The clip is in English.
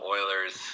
Oilers